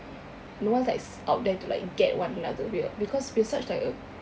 no one's like uh out there to get one another we're because we're such like a